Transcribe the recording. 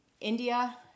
India